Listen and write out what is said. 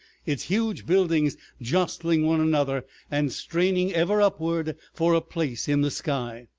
its huge buildings jostling one another and straining ever upward for a place in the sky,